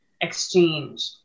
exchange